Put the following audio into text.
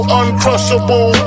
uncrushable